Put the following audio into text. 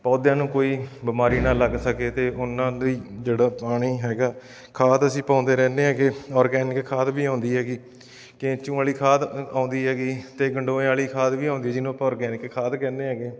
ਪੌਦਿਆਂ ਨੂੰ ਕੋਈ ਬਿਮਾਰੀ ਨਾ ਲੱਗ ਸਕੇ ਅਤੇ ਉਹਨਾਂ ਦੀ ਜਿਹੜਾ ਪਾਣੀ ਹੈਗਾ ਖਾਦ ਅਸੀਂ ਪਾਉਂਦੇ ਰਹਿੰਦੇ ਐਗੇ ਔਰਗੈਨਿਕ ਖਾਦ ਵੀ ਆਉਂਦੀ ਹੈਗੀ ਕੇਂਚੂ ਵਾਲੀ ਖਾਦ ਆਉਂਦੀ ਹੈਗੀ ਅਤੇ ਗੰਡੋਏ ਵਾਲੀ ਖਾਦ ਵੀ ਆਉਂਦੀ ਜਿਹਨੂੰ ਆਪਾਂ ਔਰਗੈਨਿਕ ਖਾਦ ਕਹਿੰਦੇ ਐਗੇ